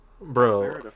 Bro